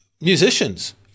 musicians-